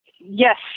Yes